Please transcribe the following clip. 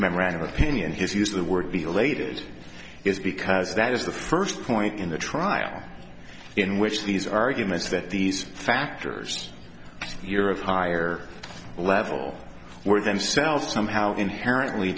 memorandum opinion his use of the word elated is because that is the first point in the trial in which these arguments that these factors here of higher level were themselves somehow inherently